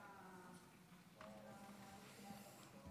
חוב' מ/1551).]